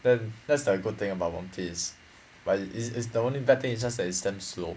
then that's the good thing about one piece but it's it's the only bad thing is just that it's damn slow